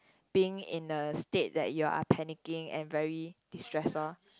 being in a state that you are panicking and very distressed orh